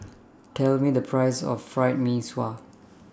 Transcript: Tell Me The priceS of Fried Mee Sua